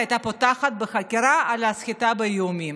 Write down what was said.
בחקירה על סחיטה באיומים.